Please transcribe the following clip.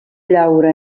llaura